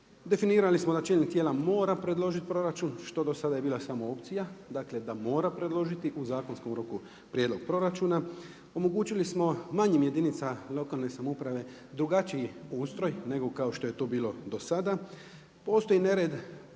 Definirali smo da čelnik tijela mora predložiti proračun što dosada je bila samo opcija, dakle da mora predložiti u zakonskom roku prijedlog proračuna, omogućili smo manjim jedinicama lokalne samouprave drugačiji ustroj nego kao što je to bilo dosada. Postoji nered u